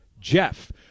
Jeff